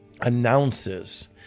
announces